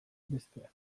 bestea